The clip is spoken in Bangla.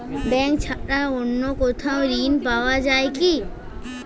ব্যাঙ্ক ছাড়া অন্য কোথাও ঋণ পাওয়া যায় কি?